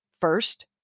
First